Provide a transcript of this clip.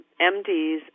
MDs